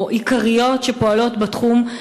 או עיקריות שפועלות בתחום,